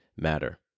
matter